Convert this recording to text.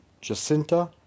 Jacinta